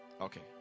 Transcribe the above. okay